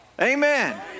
Amen